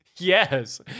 yes